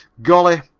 golly,